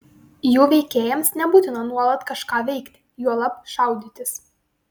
jų veikėjams nebūtina nuolat kažką veikti juolab šaudytis